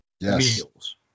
meals